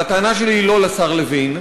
והטענה שלי היא לא לשר לוין,